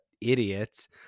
idiots